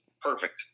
perfect